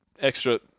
extra